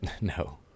No